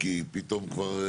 אז למה לשנות?